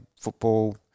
football